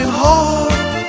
heart